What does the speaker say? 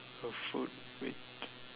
a food which